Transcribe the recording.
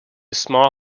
small